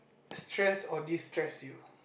stress or destress you